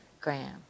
Graham